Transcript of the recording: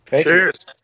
Cheers